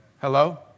Hello